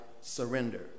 surrender